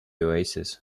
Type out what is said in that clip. oasis